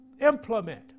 implement